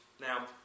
Now